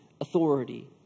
authority